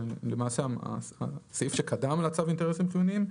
זה למעשה הסעיף שקדם לצו אינטרסים חיוניים.